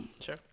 sure